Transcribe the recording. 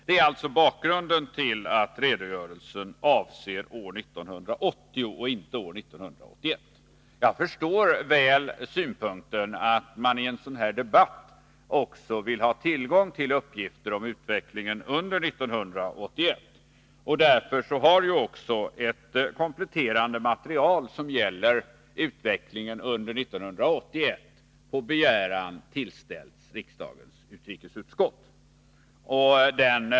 Det är alltså bakgrunden till att redogörelsen avser år 1980 och inte år 1981. Jag förstår väl synpunkten att man i en sådan här debatt även vill ha tillgång till uppgifter om utvecklingen under 1981, och därför har också ett kompletterande material som gäller utvecklingen under 1981 på begäran tillställts riksdagens utrikesutskott.